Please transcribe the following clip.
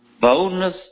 Boldness